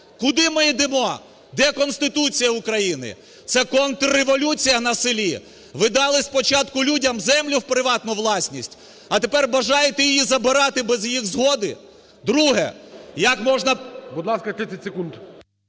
Куди ми йдемо? Де Конституція України? Це контрреволюція на селі. Ви дали спочатку землю людям у приватну власність, а тепер бажаєте її забирати без її згоди. Друге. Як можна… ГОЛОВУЮЧИЙ. Будь ласка, 30 секунд.